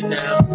now